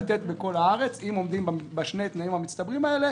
לתת בכל הארץ אם עומדים בשני התנאים המצטברים האלה,